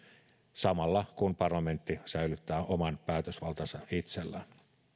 samalla kun parlamentti säilyttää oman päätösvaltansa itsellään